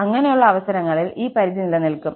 അങ്ങനെയുള്ള അവസരങ്ങളിൽ ഈ പരിധി നിലനിൽക്കും